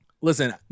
Listen